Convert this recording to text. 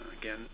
Again